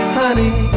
honey